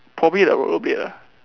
probably the rollerblade ah